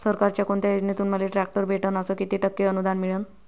सरकारच्या कोनत्या योजनेतून मले ट्रॅक्टर भेटन अस किती टक्के अनुदान मिळन?